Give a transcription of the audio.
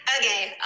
Okay